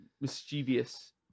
mischievous